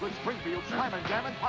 springfield's slammin' jammin',